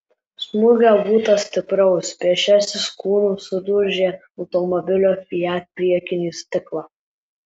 smūgio būta stipraus pėsčiasis kūnu sudaužė automobilio fiat priekinį stiklą